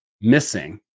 missing